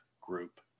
group